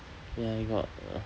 ya I got